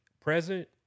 present